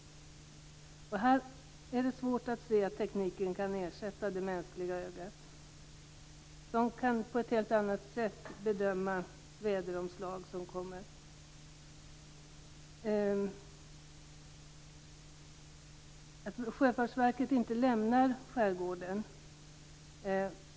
Här är det svårt att finna att tekniken kan ersätta det mänskliga ögat. Detta kan på ett helt annat sätt bedöma annalkande väderomslag. Det har här anförts att Sjöfartsverket inte lämnar skärgården.